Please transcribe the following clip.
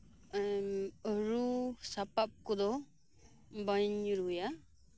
ᱨᱩ ᱥᱟᱯᱟᱵ ᱠᱚᱫᱚ ᱵᱟᱹᱧ ᱨᱩᱭᱟ